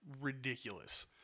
ridiculous